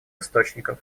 источников